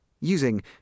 Using